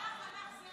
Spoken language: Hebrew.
הלך, הלך, זהו.